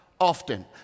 often